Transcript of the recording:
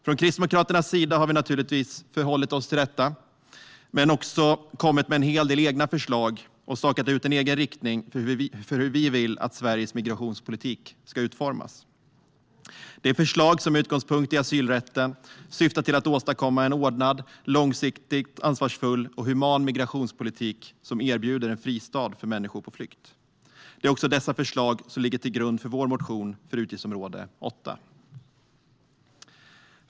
Från Kristdemokraternas sida har vi naturligtvis förhållit oss till detta, men också kommit med en hel del egna förslag och stakat ut en egen riktning för hur vi vill att Sveriges migrationspolitik ska utformas. Det är förslag som med utgångspunkt i asylrätten syftar till att åstadkomma en ordnad, långsiktigt ansvarsfull och human migrationspolitik som erbjuder en fristad för människor på flykt. Det är dessa förslag som ligger till grund för vår motion för utgiftsområde 8.